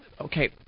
Okay